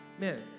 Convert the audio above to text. man